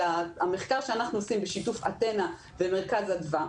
שאנחנו עושים בשיתוף "אתנה" ומרכז אדווה,